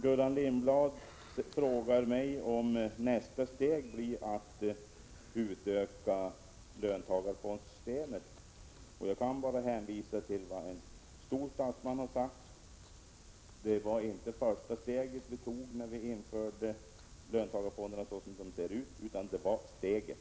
Gullan Lindblad frågar mig om nästa steg blir att utöka löntagarfondssystemet. Jag kan bara hänvisa till vad en stor statsman har sagt: Det var inte första steget vi tog när vi införde löntagarfonderna såsom de ser ut, utan det var steget.